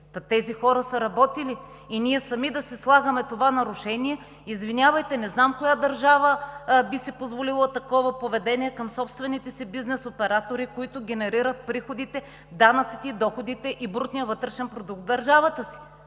тези хора са работили и ние сами да си слагаме това нарушение, извинявайте, но не знам коя държава би си позволила такова поведение към собствените си бизнес оператори, които генерират приходите, данъците, доходите и брутния вътрешен продукт в държавата си.